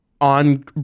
on